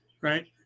Right